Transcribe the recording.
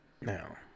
Now